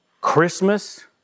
Christmas